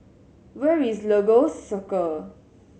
where is Lagos Circle